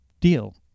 deal